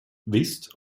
visst